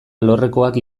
alorrekoak